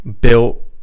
built